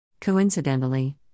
Coincidentally